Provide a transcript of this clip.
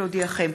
להודיעכם,